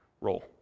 role